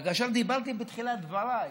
וכאשר דיברתי בתחילת דבריי